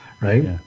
right